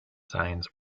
signs